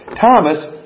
Thomas